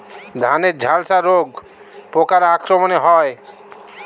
ধানের ঝলসা রোগ পোকার আক্রমণে হয়?